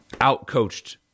outcoached